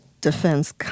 defense